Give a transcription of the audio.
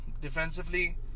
defensively